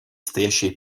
стоящие